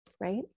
right